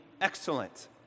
excellent